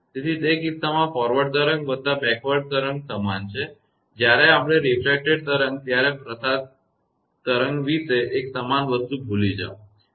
તેથી તે કિસ્સામાં તે ફોરવર્ડ તરંગ વત્તા બેકવર્ડ તરંગ સમાન છે જ્યારે આપણે ેડ તરંગ ત્યારે પ્રસારિત તરંગ વિશે એક સમાન વસ્તુ ભૂલી જાઓ